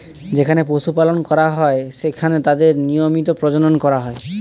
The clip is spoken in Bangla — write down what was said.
যেখানে পশু পালন করা হয়, সেখানে তাদের নিয়মিত প্রজনন করা হয়